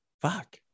Fuck